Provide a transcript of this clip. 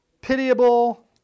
pitiable